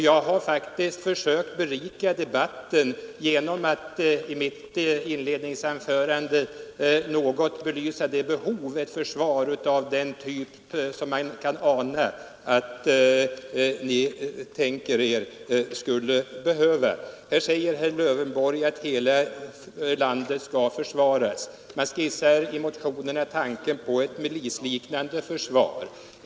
Jag har faktiskt försökt berika debatten genom att i mitt inledningsanförande något belysa de behov som uppstår genom ett försvar av den typ som man kan ana att ni tänker er. Herr Lövenborg säger att hela landet skall försvaras. I motionerna skisseras tanken på ett milisliknande försvar.